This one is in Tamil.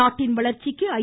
நாட்டின் வளர்ச்சிக்கு ஐ